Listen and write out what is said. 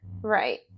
Right